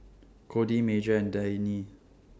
Codi Major and Dannie